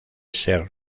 ser